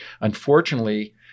Unfortunately